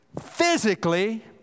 physically